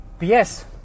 yes